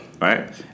right